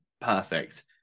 perfect